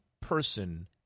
person